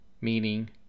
meaning